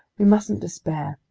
we mustn't despair.